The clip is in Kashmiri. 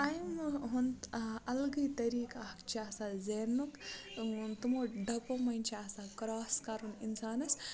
آیَم ہُنٛد اَلگٕے طٔریٖقہٕ اَکھ چھِ آسان زیننُک تِمو ڈَبو مٔنٛزۍ چھِ آسان کرٛاس کَرُن اِنسانَس